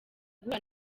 guhura